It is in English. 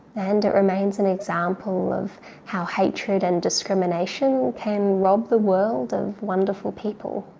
and it remains an example of how hatred and discrimination can rob the world of wonderful people.